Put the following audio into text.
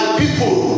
people